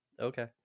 Okay